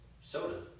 soda